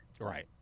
right